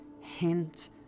hint